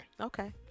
Okay